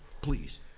Please